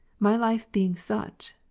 my life being such,